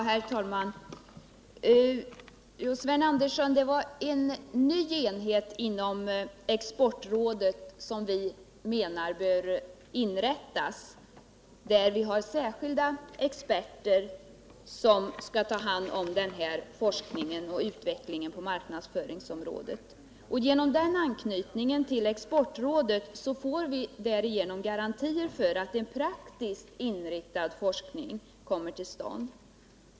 Herr talman! Det är, Sven Andersson, en ny enhet inom Exportrådet som vi menar bör inrättas med särskilda experter som tar hand om forskning och utveckling på marknadsföringsområdet. Genom anknytningen till Exportrådet får vi garantier för att en praktiskt inriktad forskning kommer till stånd.